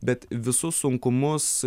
bet visus sunkumus